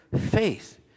faith